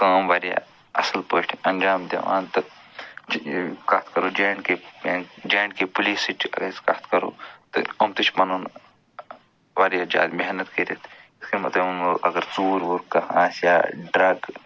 کٲم وارِیاہ اَصٕل پٲٹھۍ انٛجام دِوان تہٕ کَتھ کَرو J and K J and K پُلیٖسٕچ اگرے أسۍ کتھ کَرو تہٕ یِم تہِ چھِ پنُن وارِیاہ زیادٕ محنت کٔرِتھ یِتھٕ کٔنۍ مےٚ ووٚنمو اگر ژوٗر ووٗر کانٛہہ آسیٛا ڈرگ